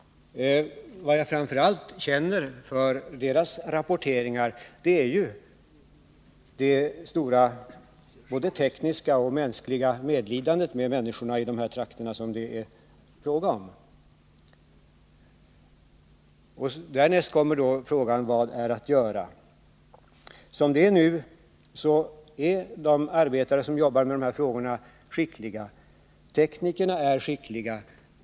Vad jag framför allt känner inför kommitténs rapporteringar är ett stort mänskligt medlidande med människorna i de trakter som det är fråga om. Därnäst kommer frågan: Vad är att göra? De arbetare och tekniker som jobbar med de här sakerna är skickliga.